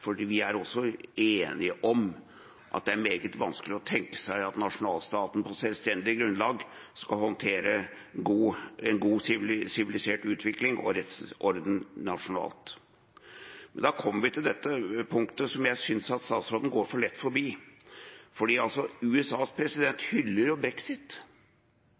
vi er også enige om at det er meget vanskelig å tenke seg at nasjonalstatene på selvstendig grunnlag skal håndtere en god, sivilisert utvikling og rettsorden nasjonalt. Da kommer vi til det punktet som jeg synes utenriksministeren går for lett forbi: USAs president hyller jo brexit,